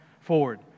forward